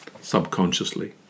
subconsciously